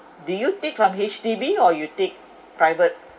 do you take from H_D_B or you take private